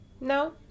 No